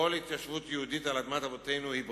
כל התיישבות יהודית על אדמת אבותינו היא ברכה,